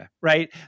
right